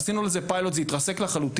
עשינו על זה פיילוט, וזה התרסק לחלוטין.